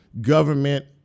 government